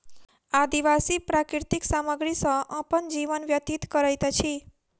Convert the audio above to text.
आदिवासी प्राकृतिक सामग्री सॅ अपन जीवन व्यतीत करैत अछि